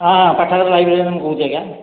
ହଁ ପାଠାଗାର ଲାଇବ୍ରେରିଆନ ମୁଁ କହୁଛି ଆଜ୍ଞା